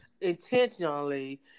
intentionally